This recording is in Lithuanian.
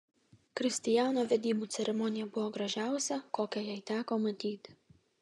kristijano vedybų ceremonija buvo gražiausia kokią jai teko matyti